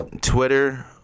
Twitter